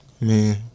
man